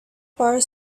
bar